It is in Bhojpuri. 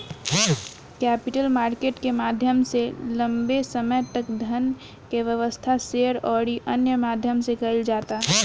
कैपिटल मार्केट के माध्यम से लंबे समय तक धन के व्यवस्था, शेयर अउरी अन्य माध्यम से कईल जाता